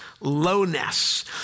lowness